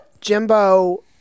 Jimbo